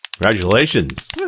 Congratulations